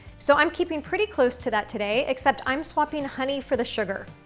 so i'm keeping pretty close to that today, except i'm swapping honey for the sugar.